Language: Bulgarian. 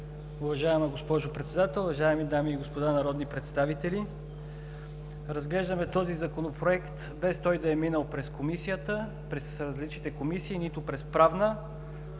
Уважаема госпожо Председател, уважаеми дами и господа народни представители! Разглеждаме този Законопроект, без той да е минал през Комисията, през различните комисии – нито през Правната.